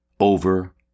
over